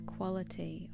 quality